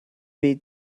diod